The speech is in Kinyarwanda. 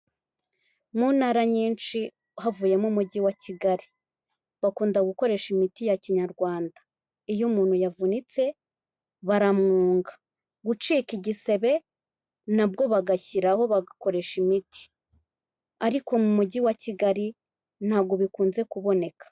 Mu ntara nyinshi havuyemo umujyi wa Kigali bakunda gukoresha imiti ya kinyarwanda, iyo umuntu yavunitse baramwunga, gucika igisebe nabwo bagashyiraho bagakoresha imiti, ariko mu Mujyi wa Kigali, ntabwo bikunze kuboneka.